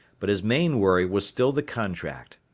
but his main worry was still the contract.